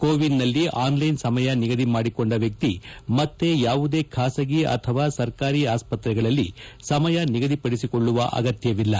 ಕೋವಿನ್ ನಲ್ಲಿ ಆನ್ಲೈನ್ ಸಮಯ ನಿಗದಿ ಮಾಡಿಕೊಂಡ ವ್ಯಕ್ತಿ ಮತ್ತೆ ಯಾವುದೇ ಖಾಸಗಿ ಅಥವಾ ಸರ್ಕಾರಿ ಆಸ್ತ್ರೆಗಳಲ್ಲಿ ಸಮಯ ನಿಗದಿಪಡಿಸಿಕೊಳ್ಳುವ ಅಗತ್ತವಿಲ್ಲ